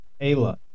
Ayla